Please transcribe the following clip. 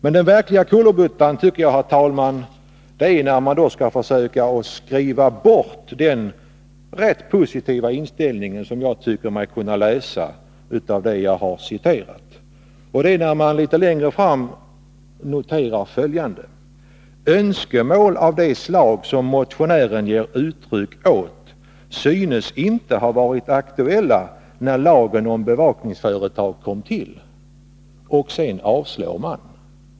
Men den verkliga kullerbyttan tycker jag, herr talman, att man gör när man skall försöka skriva bort den rätt positiva inställning som jag tycker mig kunna utläsa ur det jag har citerat. Utskottet skriver följande: ”Önskemål av det slag som motionären ger uttryck åt synes ——— inte ha varit aktuella när lagen om bevakningsföretag kom till.” Därefter avstyrker utskottet motionen.